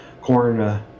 corn